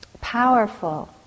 powerful